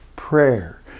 prayer